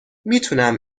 میتونم